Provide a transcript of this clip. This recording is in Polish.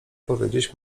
powiedzieć